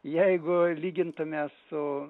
jeigu lygintume su